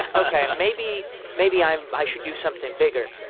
ah ok, maybe maybe i'm i should do something bigger,